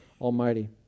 Almighty